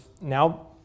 now